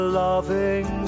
loving